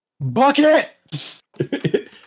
Bucket